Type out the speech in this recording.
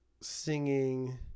singing